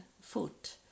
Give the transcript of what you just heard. foot